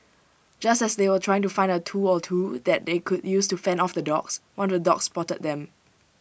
just as they were trying to find A tool or two that they could use to fend off the dogs one of the dogs spotted them